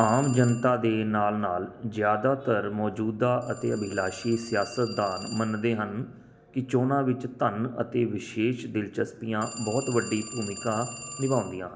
ਆਮ ਜਨਤਾ ਦੇ ਨਾਲ ਨਾਲ ਜ਼ਿਆਦਾਤਰ ਮੌਜੂਦਾ ਅਤੇ ਅਭਿਲਾਸ਼ੀ ਸਿਆਸਤਦਾਨ ਮੰਨਦੇ ਹਨ ਕਿ ਚੋਣਾਂ ਵਿੱਚ ਧਨ ਅਤੇ ਵਿਸ਼ੇਸ਼ ਦਿਲਚਸਪੀਆਂ ਬਹੁਤ ਵੱਡੀ ਭੂਮਿਕਾ ਨਿਭਾਉਂਦੀਆਂ ਹਨ